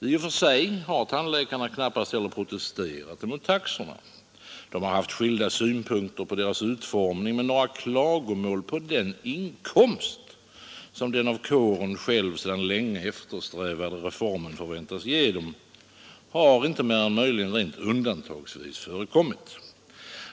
I och för sig har tandläkarna knappast heller protesterat mot taxorna. De har haft skilda synpunkter på deras utformning, men några klagomål på den inkomst som den av kåren själv sedan länge eftersträvade reformen förväntas ge dem har inte mer än möjligen rent undantagsvis förekommit.